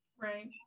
right